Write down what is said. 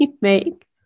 make